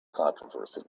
controversy